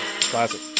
Classic